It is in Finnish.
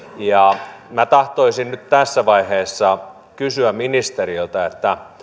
minä tahtoisin nyt tässä vaiheessa kysyä ministeriltä